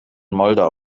moldau